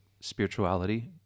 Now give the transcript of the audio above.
spirituality